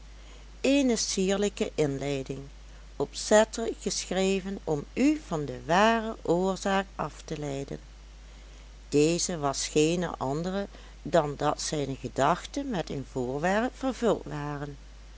eene sierlijke inleiding opzettelijk geschreven om u van de ware oorzaak af te leiden deze was geene andere dan dat zijne gedachten met een voorwerp vervuld waren